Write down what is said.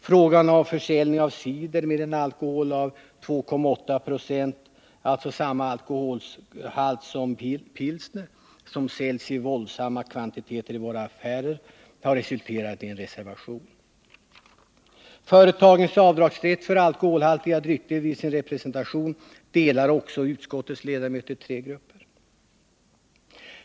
Frågan om försäljning av cider med 2,8 viktprocents alkoholhalt, dvs. samma alkoholhalt som i pilsner, som i våra affärer säljs i enorma kvantiteter, har föranlett en reservation. Företagens rätt till avdrag för alkoholhaltiga drycker vid representation delar också utskottets ledamöter i tre grupper.